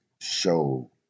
show